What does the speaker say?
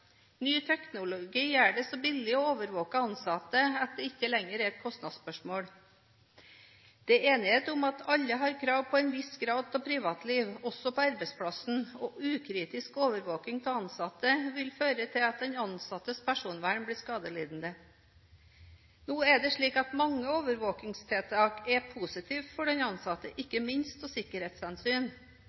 Ny teknologi gjør det så billig å overvåke ansatte at det ikke lenger er et kostnadsspørsmål. Det er enighet om at alle har krav på en viss grad av privatliv – også på arbeidsplassen. Ukritisk overvåking av ansatte vil føre til at den ansattes personvern blir skadelidende. Nå er det slik at mange overvåkingstiltak er positive for den ansatte, ikke minst av sikkerhetshensyn.